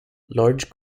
large